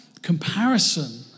Comparison